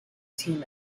team